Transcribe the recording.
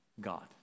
God